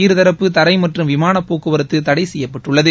இருதரப்பு தரை மற்றும் விமான போக்குவரத்து தடை செய்யப்பட்டுள்ளது